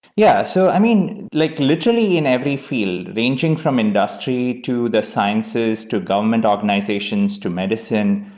yeah. so i mean, like literally in every field, ranging from industrially, to the sciences, to government organizations, to medicine,